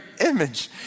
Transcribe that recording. image